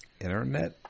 internet